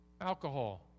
alcohol